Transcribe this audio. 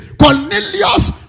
Cornelius